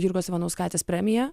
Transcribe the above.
jurgos ivanauskaitės premiją